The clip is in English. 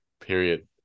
period